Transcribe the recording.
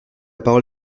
parole